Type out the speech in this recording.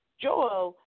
Joel